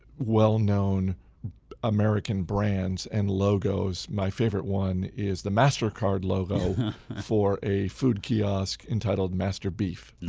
well-known american brands and logos. my favorite one is the mastercard logo for a food kiosk entitled masterbeef.